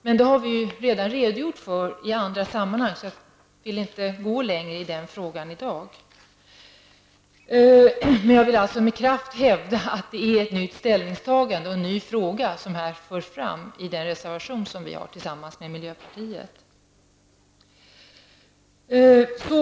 Men den saken har vi redan redogjort för i andra sammanhang, så jag tänker inte tränga längre in i den frågan i dag. Jag understryker alltså att det handlar om ett nytt ställningstagande och om en ny fråga när det gäller den reservation som vi har avgett tillsammans med miljöpartiet.